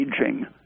aging